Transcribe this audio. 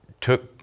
took